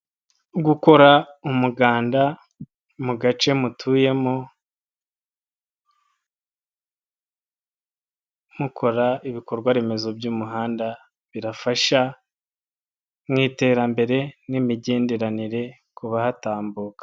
Gukora umuganda mu gace mutuyemo mukora ibikorwa remezo by'umuhanda birafasha mu iterambere n'imigenderanire kuba hatambuka.